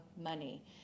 money